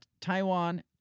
Taiwan